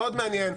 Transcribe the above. בשומרון.